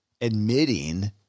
admitting